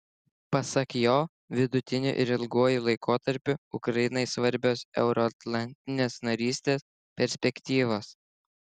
pasak jo vidutiniu ir ilguoju laikotarpiu ukrainai svarbios euroatlantinės narystės perspektyvos